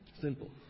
Simple